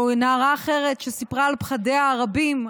או נערה אחרת שסיפרה על פחדיה הרבים,